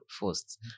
First